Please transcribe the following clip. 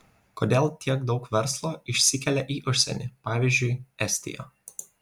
kodėl tiek daug verslo išsikelia į užsienį pavyzdžiui estiją